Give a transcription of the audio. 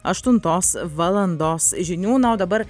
aštuntos valandos žinių na o dabar